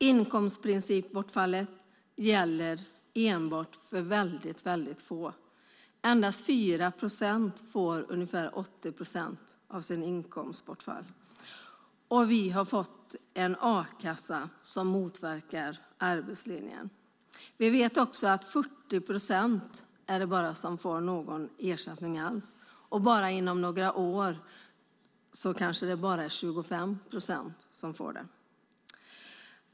Inkomstbortfallsprincipen gäller enbart för väldigt få; endast 4 procent får ungefär 80 procent av sitt inkomstbortfall. Och vi har fått en a-kassa som motverkar arbetslinjen. Vi vet också att det är bara 40 procent som får någon ersättning alls, och inom några år kanske det är bara 25 procent som får det.